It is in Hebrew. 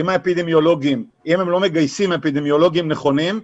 אם הם לא מגייסים אפידמיולוגים נכונים,